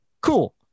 Cool